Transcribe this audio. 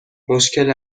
مشکل